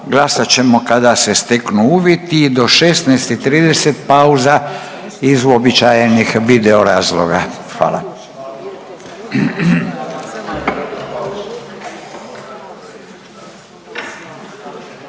glasat ćemo kada se steknu uvjeti i do 16 i 30 pauza iz uobičajenih video razloga, hvala.